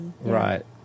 Right